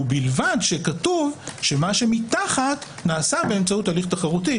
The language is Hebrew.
ובלבד שכתוב שמה שמתחת נעשה באמצעות הליך תחרותי.